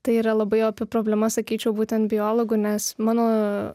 tai yra labai opi problema sakyčiau būtent biologų nes mano